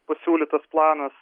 pasiūlytas planas